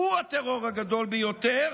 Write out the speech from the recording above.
שהוא הטרור הגדול ביותר,